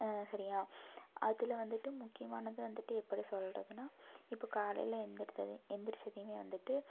சரியா அதில் வந்துட்டு முக்கியமானது வந்துட்டு எப்படி சொல்வதுன்னா இப்போது காலையில் எழுந்திரிச்சது எழுந்திரிச்சதியுமே வந்துட்டு